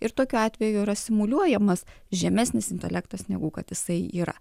ir tokiu atveju yra simuliuojamas žemesnis intelektas negu kad jisai yra